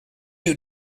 you